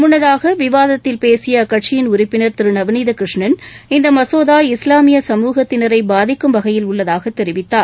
முன்னதாக விவாதத்தில் பேசிய அக்கட்சியின் உறுப்பினர் திரு நவநீத கிருஷ்ணன் இந்த மசோதா இஸ்லாமிய சமூகத்தினரை பாதிக்கும் வகையில் உள்ளதாகத் தெரிவித்தார்